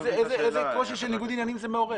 איזה קושי של ניגוד עניינים זה מעורר?